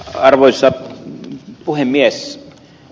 arvoisa puhemies